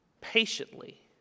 patiently